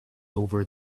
over